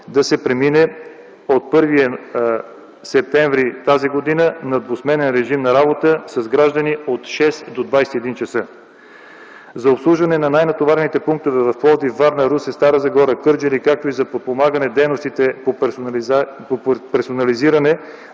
да се премине от 1 септември т.г. на двусменен режим на работа с граждани от 6,00 до 21,00 ч. За обслужване на най-натоварените пунктове в Пловдив, Варна, Русе, Стара Загора, Кърджали, както и за подпомагане дейностите по персонализиране